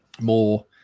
more